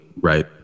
right